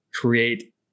create